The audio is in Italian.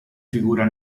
figura